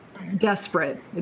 desperate